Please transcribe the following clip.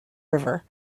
river